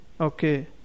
Okay